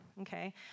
Okay